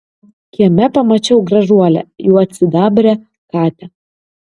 kieme pamačiau gražuolę juodsidabrę katę